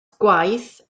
gwaith